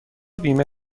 بیمه